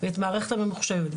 את המערכת ממוחשבת,